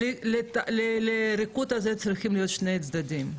כי לריקוד הזה צריכים להיות שני צדדים,